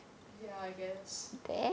ya I guess